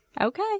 Okay